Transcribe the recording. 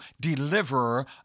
deliverer